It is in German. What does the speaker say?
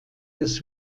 des